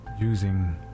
using